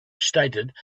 stated